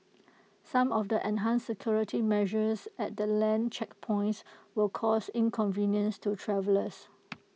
some of the enhanced security measures at the land checkpoints will cause inconvenience to travellers